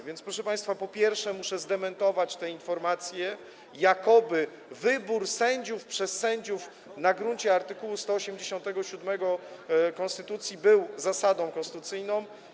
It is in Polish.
A więc, proszę państwa, przede wszystkim muszę zdementować informację, jakoby wybór sędziów przez sędziów na gruncie art. 187 konstytucji był zasadą konstytucyjną.